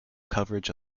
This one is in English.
coverage